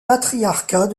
patriarcat